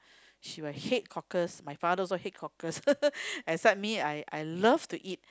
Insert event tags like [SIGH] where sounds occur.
she will hate cockles my father also hate cockles [LAUGHS] except me I I love to eat